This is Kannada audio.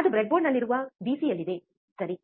ಅದು ಬ್ರೆಡ್ಬೋರ್ಡ್ನಲ್ಲಿರುವ ಪಿಸಿ ಯಲ್ಲಿದೆ ಸರಿ